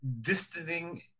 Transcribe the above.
distancing